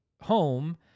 home